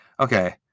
Okay